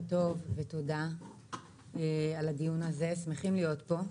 תודה על הדיון הזה, אנחנו שמחים להיות פה.